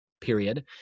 period